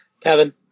Kevin